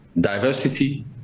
diversity